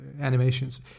animations